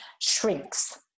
shrinks